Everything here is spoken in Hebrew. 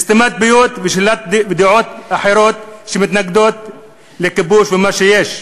סתימת פיות ושלילת דעות אחרות שמתנגדות לכיבוש ולמה שיש.